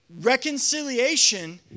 Reconciliation